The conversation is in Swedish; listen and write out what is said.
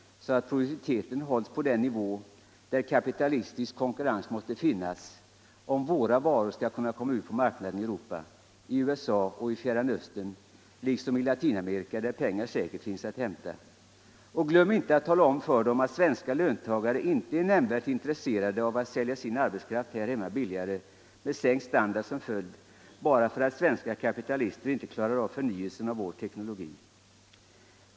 så att produktiviteten hålls på den nivå där kapitalistisk konkurrens måste finnas — om våra varor skall kunna komma ut på marknaderna i Europa, i USA och i Fjärran Östern liksom i Latinamerika, där pengar säkert finns att hämta. Och glöm inte att tala om för dem att svenska löntagare inte är nämnvärt intresserade av att sälja sin arbetskraft här hemma billigare med sänkt standard som följd bara för att svenska kapitalister inte klarar av förnyelsen av vår teknologi.